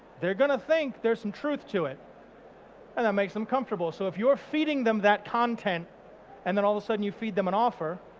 they're gonna think there's some truth to it and that makes them comfortable. so if you're feeding them that content and then all of a sudden you feed them an offer,